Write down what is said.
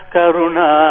Karuna